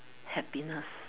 happiness